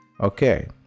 okay